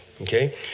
Okay